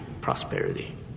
prosperity